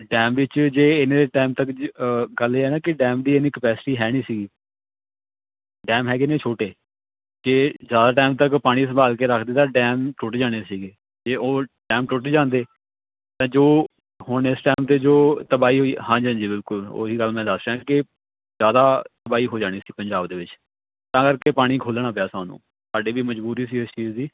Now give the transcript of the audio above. dam ਵਿੱਚ ਜੇ ਇਹਨਾਂ ਦੇ ਟਾਈਮ ਤੱਕ ਜੇ ਗੱਲ ਇਹ ਨਾ ਕਿ ਡੈਮ ਦੀ ਇੰਨੀ ਕਪੈਸਿਟੀ ਹੈ ਨਹੀਂ ਸੀਗੀ ਡੈਮ ਹੈਗੇ ਨੇ ਛੋਟੇ ਤੇ ਜ਼ਿਆਦਾ ਟਾਈਮ ਤਾਂ ਕੋਈ ਪਾਣੀ ਸੰਭਾਲ ਕੇ ਰੱਖਦੇ ਤਾਂ ਡੈਮ ਟੁੱਟ ਜਾਣੇ ਸੀਗੇ ਅਤੇ ਉਹ ਡੈਮ ਟੁੱਟ ਜਾਂਦੇ ਤਾਂ ਜੋ ਹੁਣ ਇਸ ਟਾਈਮ 'ਤੇ ਜੋ ਤਬਾਹੀ ਹੋਈ ਹਾਂਜੀ ਹਾਂਜੀ ਬਿਲਕੁਲ ਉਹੀ ਗੱਲ ਮੈਂ ਦੱਸ ਰਿਹਾ ਕਿ ਜ਼ਿਆਦਾ ਤਬਾਹੀ ਹੋ ਜਾਣੀ ਸੀ ਪੰਜਾਬ ਦੇ ਵਿੱਚ ਤਾਂ ਕਰਕੇ ਪਾਣੀ ਖੋਲ੍ਹਣਾ ਪਿਆ ਸਾਨੂੰ ਸਾਡੀ ਵੀ ਮਜਬੂਰੀ ਸੀ ਇਸ ਚੀਜ਼ ਦੀ